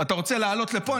אתה רוצה לעלות לפה,